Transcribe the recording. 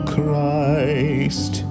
Christ